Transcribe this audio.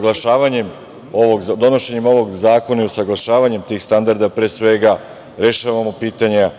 građana. Donošenjem ovog zakona i usaglašavanjem tih standarda, pre svega, rešavamo pitanja